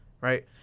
right